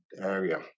area